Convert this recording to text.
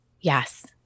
yes